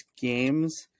games